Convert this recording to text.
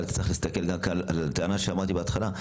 אבל צריך להסתכל על הטענה שאמרתי בהתחלה,